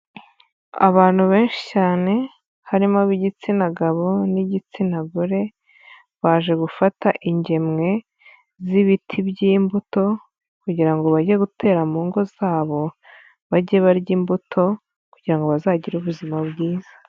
Abantu benshi cyane harimo abigitsina gabo n'igitsina gore baje gufata ingemwe z'ibiti by'imbuto kugira ngo bajye gutera mu ngo zabo bajye barya imbuto kugira ngo bazagire ubuzima bwiza.